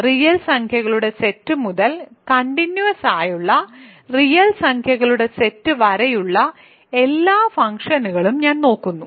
real സംഖ്യകളുടെ set മുതൽ continuous ആയുള്ള റിയൽ സംഖ്യകളുടെ സെറ്റ് വരെയുള്ള എല്ലാ ഫങ്ക്ഷനുകളും ഞാൻ നോക്കുന്നു